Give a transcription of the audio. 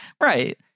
right